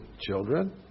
children